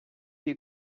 you